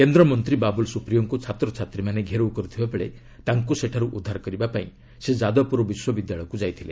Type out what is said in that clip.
କେନ୍ଦ୍ରମନ୍ତୀ ବାବୁଲ୍ ସୁପ୍ରିୟୋଙ୍କୁ ଛାତ୍ରଛାତ୍ରୀମାନେ ଘେରଉ କରିଥିବାବେଳେ ତାଙ୍କୁ ସେଠାରୁ ଉଦ୍ଧାର କରିବାପାଇଁ ସେ ଯାଦବପୁର ବିଶ୍ୱବିଦ୍ୟାଳୟ ଯାଇଥିଲେ